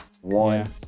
one